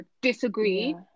disagree